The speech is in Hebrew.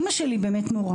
אימא שלי היא מורה,